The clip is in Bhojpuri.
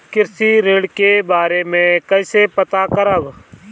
कृषि ऋण के बारे मे कइसे पता करब?